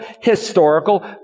historical